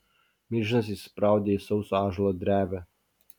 milžinas įsispraudė į sauso ąžuolo drevę